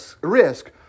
risk